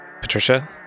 patricia